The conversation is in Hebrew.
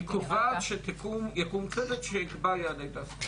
היא קובעת שיקום צוות שייקבע יעדי תעסוקה.